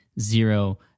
zero